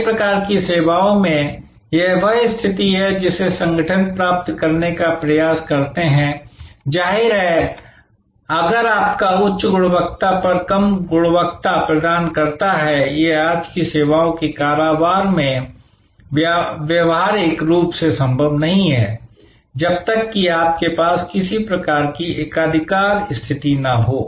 कई प्रकार की सेवाओं में यह वह स्थिति है जिसे संगठन प्राप्त करने का प्रयास करते हैं जाहिर है अगर आपका उच्च गुणवत्ता पर कम गुणवत्ता प्रदान करता है यह आज की सेवाओं के कारोबार में व्यावहारिक रूप से संभव नहीं है जब तक कि आपके पास किसी प्रकार की एकाधिकार स्थिति न हो